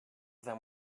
them